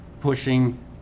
pushing